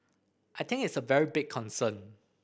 I think it's a very big concern